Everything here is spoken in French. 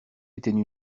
étaient